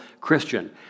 Christian